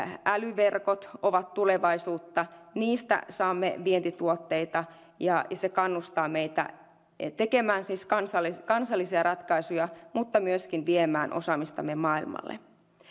älyverkot ovat tulevaisuutta niistä saamme vientituotteita ja se kannustaa meitä siis tekemään kansallisia kansallisia ratkaisuja mutta myöskin viemään osaamistamme maailmalle